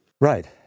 Right